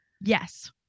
yes